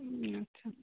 हँ अच्छा